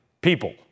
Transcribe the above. people